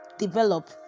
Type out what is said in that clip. develop